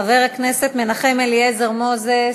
חבר הכנסת מנחם אליעזר מוזס,